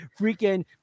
freaking